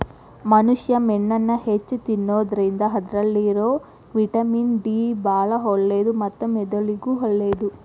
ಮನುಷ್ಯಾ ಮೇನನ್ನ ಹೆಚ್ಚ್ ತಿನ್ನೋದ್ರಿಂದ ಅದ್ರಲ್ಲಿರೋ ವಿಟಮಿನ್ ಡಿ ಬಾಳ ಒಳ್ಳೇದು ಮತ್ತ ಮೆದುಳಿಗೂ ಒಳ್ಳೇದು